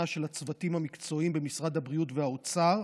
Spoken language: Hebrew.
של הצוותים המקצועיים במשרד הבריאות ובאוצר.